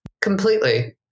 Completely